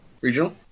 regional